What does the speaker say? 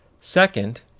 Second